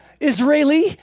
Israeli